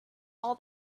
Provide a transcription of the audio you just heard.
all